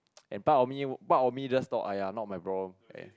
and part of me part of me just thought aiya not my problem